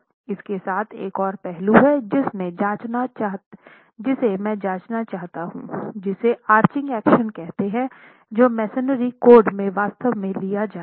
इसके साथ एक और पहलू है जिसे मैं जाँचना चाहता हूंजिसे आर्चिंग एक्शन कहते है जो मेसनरी कोड में वास्तव में लिया जाता है